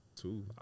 Two